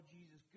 Jesus